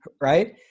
right